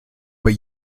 but